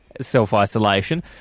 self-isolation